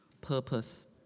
purpose